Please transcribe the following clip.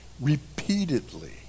repeatedly